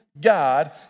God